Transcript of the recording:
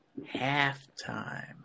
halftime